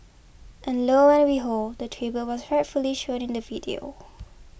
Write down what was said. and lo and behold the tribute was rightfully shown in the video